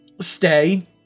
stay